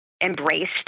embraced